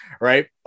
right